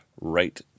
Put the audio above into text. right